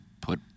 put